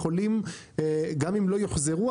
גם אם לא יוחזרו,